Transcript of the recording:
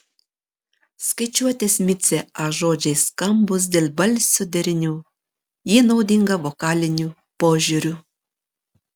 skaičiuotės micė a žodžiai skambūs dėl balsių derinių ji naudinga vokaliniu požiūriu